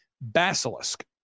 Basilisk